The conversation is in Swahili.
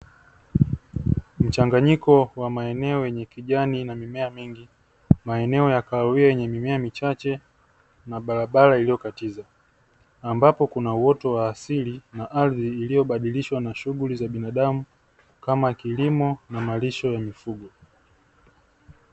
Mchanganyiko wamaeneo yenye kijani na mimea mingi ,maeneo ya kahawia yenye mimea michache na barabara iliyokatiza . Ambapo Kuna uoto wa asilia na ardhi iliyobadilishwa na shunguli za binadamu kama kilimo maalisho ya mifugo.